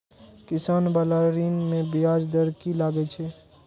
किसान बाला ऋण में ब्याज दर कि लागै छै?